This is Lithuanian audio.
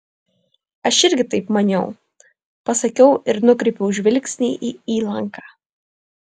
aš irgi taip maniau pasakiau ir nukreipiau žvilgsnį į įlanką